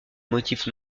motifs